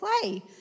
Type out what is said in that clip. play